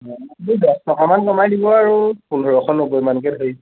অঁ আপুনি দছ টকামান কমাই দিব আৰু পোন্ধৰশ নব্বৈমানকৈ ধৰি